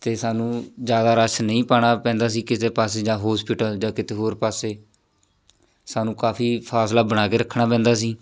ਅਤੇ ਸਾਨੂੰ ਜ਼ਿਆਦਾ ਰਸ਼ ਨਹੀਂ ਪਾਉਣਾ ਪੈਂਦਾ ਸੀ ਕਿਸੇ ਪਾਸੇ ਜਾਂ ਹੋਸਪਿਟਲ ਜਾਂ ਕਿਤੇ ਹੋਰ ਪਾਸੇ ਸਾਨੂੰ ਕਾਫੀ ਫਾਸਲਾ ਬਣਾ ਕੇ ਰੱਖਣਾ ਪੈਂਦਾ ਸੀ